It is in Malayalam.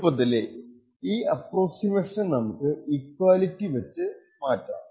എളുപ്പത്തില് ഈ അപ്പ്രോക്സിമേഷനെ നമുക്ക് ഇക്വാളിറ്റി വച്ച് മാറ്റാം